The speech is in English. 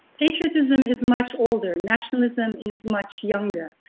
patriotism is much older. nationalism is much younger.